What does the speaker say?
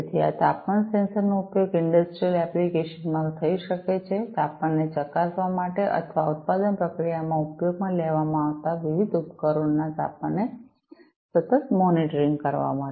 તેથી આ તાપમાન સેન્સર નો ઉપયોગ ઇંડસ્ટ્રિયલ એપ્લીકેશન માં થઈ શકે છે તાપમાનને ચકાસવા માટે અથવા ઉત્પાદન પ્રક્રિયામાં ઉપયોગમાં લેવામાં આવતા વિવિધ ઉપકરણોના તાપમાનને સતત મોનિટર કરવા માટે